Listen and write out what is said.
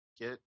get